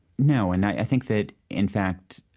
no, and i think that, in fact,